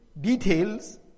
details